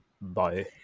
Bye